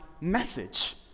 message